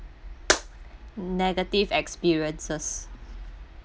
negative experiences